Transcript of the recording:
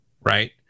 right